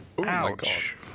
ouch